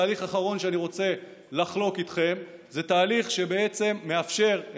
תהליך אחרון שאני רוצה לחלוק איתכם זה תהליך שבעצם מאפשר,